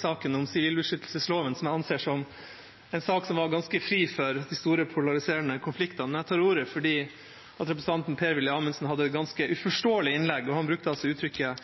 saken om sivilbeskyttelsesloven, som jeg anser som en sak som er ganske fri for de store, polariserende konfliktene. Men jeg tar ordet fordi representanten Per-Willy Amundsen hadde et ganske uforståelig innlegg, og han brukte uttrykket